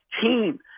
team